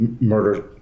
murder